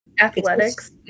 Athletics